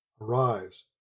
Arise